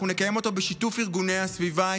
אנחנו נקיים אותו בשיתוף ארגוני הסביבה,